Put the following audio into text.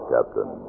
Captain